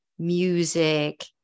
music